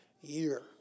year